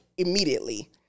immediately